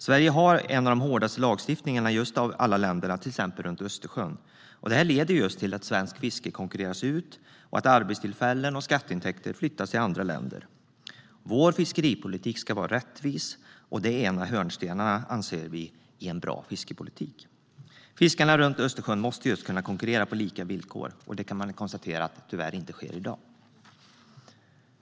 Sverige har en av de hårdaste lagstiftningarna av alla länderna runt Östersjön. Det leder till att svenskt fiske konkurreras ut och till att arbetstillfällen och skatteintäkter flyttas till andra länder. Vår fiskeripolitik ska vara rättvis. Det är en av hörnstenarna i en bra fiskeripolitik. Fiskarna runt Östersjön måste kunna konkurrera på lika villkor. Tyvärr är det inte på det sättet i dag. Herr talman!